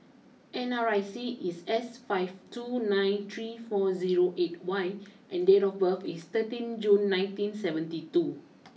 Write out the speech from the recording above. N R I C is S five two nine three four zero eight Y and date of birth is thirteen June nineteen seventy two